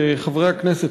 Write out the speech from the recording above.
חברי הכנסת,